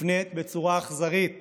מופנית בצורה אכזרית